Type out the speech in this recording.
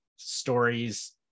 stories